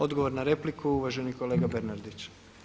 Odgovor na repliku, uvaženi kolega Bernardić.